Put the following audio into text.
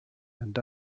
and